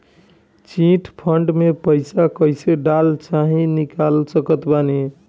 Chit fund मे पईसा कईसे डाल चाहे निकाल सकत बानी?